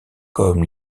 comme